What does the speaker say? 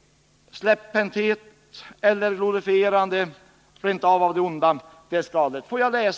— släpphänthet eller rent av glorifierande av det onda.